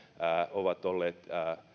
ovat olleet